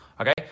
okay